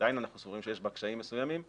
עדיין אנחנו סבורים שיש בה קשיים מסוימים,